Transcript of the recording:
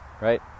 right